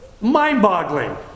mind-boggling